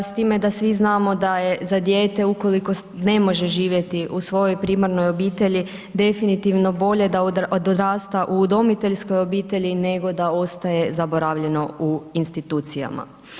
S time da svi znamo da je za dijete ukoliko ne može živjeti u svojoj primarnoj obitelji definitivno bolje da odrasta u udomiteljskoj obitelji nego da ostane zanemareno u institucijama.